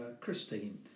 Christine